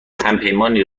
همپیمانی